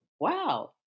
wow